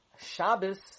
Shabbos